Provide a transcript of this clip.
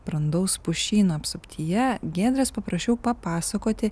brandaus pušyno apsuptyje giedrės paprašiau papasakoti